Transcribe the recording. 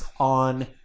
on